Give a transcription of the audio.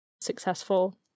successful